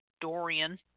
Dorian